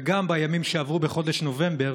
וגם בימים שעברו בחודש נובמבר,